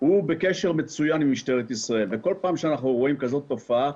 הוא בקשר מצוין עם משטרת ישראל וכל פעם שאנחנו רואים כזאת תופעה,